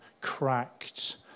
cracked